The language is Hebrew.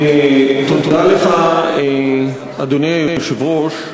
תודה לך, אדוני היושב-ראש.